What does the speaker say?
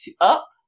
up